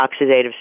oxidative